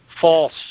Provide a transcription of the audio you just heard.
false